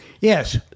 Yes